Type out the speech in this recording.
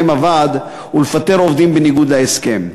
עם הוועד ולפטר עובדים בניגוד להסכם.